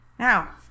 Now